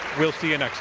we'll see and